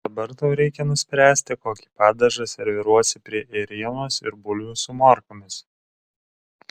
dabar tau reikia nuspręsti kokį padažą serviruosi prie ėrienos ir bulvių su morkomis